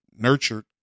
nurtured